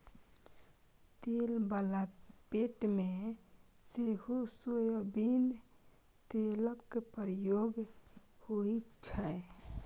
तेल बला पेंट मे सेहो सोयाबीन तेलक प्रयोग होइ छै